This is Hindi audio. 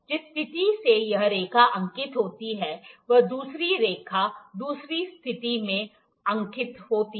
जिस स्थिति से यह रेखा अंकित होती है वह दूसरी रेखा दूसरी स्थिति से अंकित होती है